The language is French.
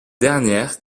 dernières